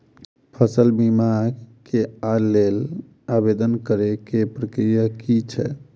फसल बीमा केँ लेल आवेदन करै केँ प्रक्रिया की छै?